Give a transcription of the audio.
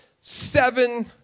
seven